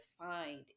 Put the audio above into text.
defined